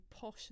posh